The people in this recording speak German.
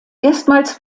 erstmals